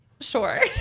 Sure